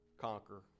conquer